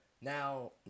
Now